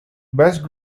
best